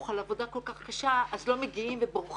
על עבודה כל כך קשה אז לא מגיעים ובורחים.